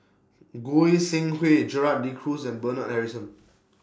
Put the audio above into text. Goi Seng Hui Gerald De Cruz and Bernard Harrison